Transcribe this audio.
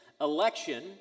election